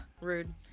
rude